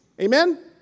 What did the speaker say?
Amen